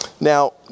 Now